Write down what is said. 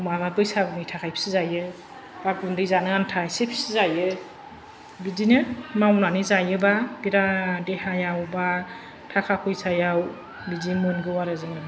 माबा बैसागुनि थाखाय फिजायो बा गुन्दै जानो आनथा एसे फिजायो बिदिनो मावनानै जायोबा बिराथ देहायाव बा थाखा फैसायाव बिदि मोनगौ आरो जोङो